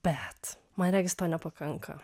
bet man regis to nepakanka